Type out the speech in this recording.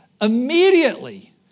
Immediately